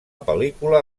pel·lícula